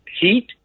heat